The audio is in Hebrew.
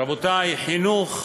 רבותי, חינוך,